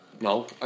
No